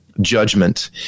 judgment